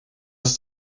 ist